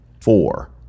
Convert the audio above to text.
Four